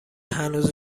هنوز